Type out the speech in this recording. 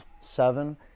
seven